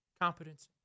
competency